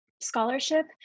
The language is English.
scholarship